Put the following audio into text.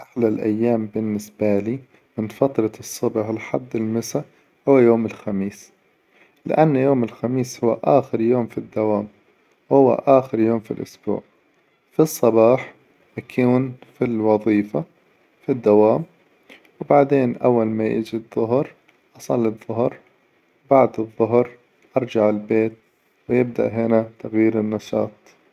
أحلى الأيام بالنسبة لي من فترة الصباح لحد المساء هو يوم الخميس، لأن يوم الخميس هو آخر يوم في الدوام، هو آخر يوم في الأسبوع في الصباح أكون في الوظيفة في الدوام، وبعدين أول ما يجي الظهر أصلي الظهر وبعد الظهر أرجع البيت ويبدأ هنا تغيير النشاط.